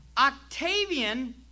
Octavian